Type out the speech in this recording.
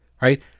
Right